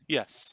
Yes